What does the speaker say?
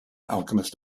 alchemist